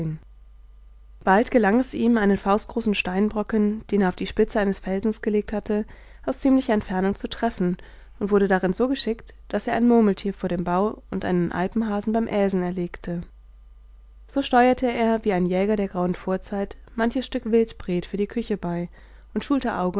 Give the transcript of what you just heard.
bald gelang es ihm einen faustgroßen steinbrocken den er auf die spitze eines felsens gelegt hatte aus ziemlicher entfernung zu treffen und wurde darin so geschickt daß er ein murmeltier vor dem bau und einen alpenhasen beim äsen erlegte so steuerte er wie ein jäger der grauen vorzeit manches stück wildbret für die küche bei und